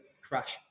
crash